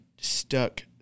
stuck